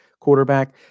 quarterback